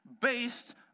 based